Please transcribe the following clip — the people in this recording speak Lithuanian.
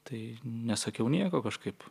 tai nesakiau nieko kažkaip